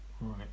Right